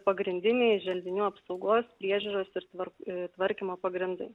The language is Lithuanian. pagrindiniai želdinių apsaugos priežiūros ir tvar tvarkymo pagrindai